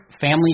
family